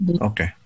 Okay